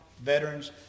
veterans